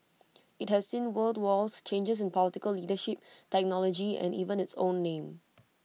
IT has seen world wars changes in political leadership technology and even its own name